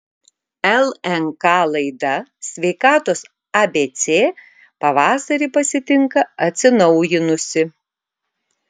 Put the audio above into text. lnk laida sveikatos abc pavasarį pasitinka atsinaujinusi